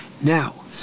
now